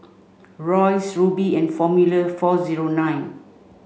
Royce Rubi and Formula four zero nine